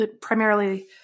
primarily